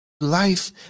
life